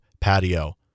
patio